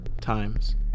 times